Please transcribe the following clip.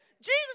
Jesus